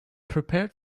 prepared